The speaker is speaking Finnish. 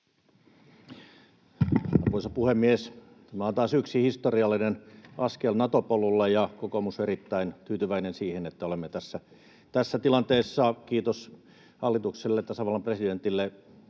Arvoisa puhemies! Tämä on taas yksi historiallinen askel Nato-polulla, ja kokoomus on erittäin tyytyväinen siihen, että olemme tässä tilanteessa. Kiitos hallitukselle, tasavallan presidentille,